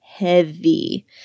heavy